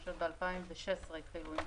אני חושבת שהתחילו ב-2016.